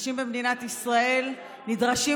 אנשים במדינת ישראל נדרשים,